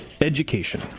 education